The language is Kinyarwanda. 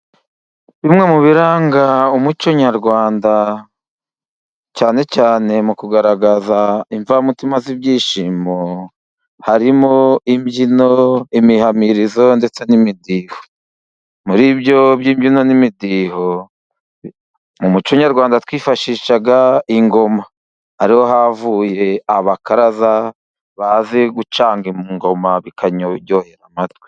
Bimwe mu biranga umuco nyarwanda, cyane cyane mu kugaragaza imvamutima z'ibyishimo harimo imbyino, imihamirizo ndetse n'imidiho. Muri ibyo by'imbyino n'imidiho mu muco nyarwanda twifashisha ingoma, ari ho havuye abakaraza bazi gucanga ingoma bikaryohera amatwi.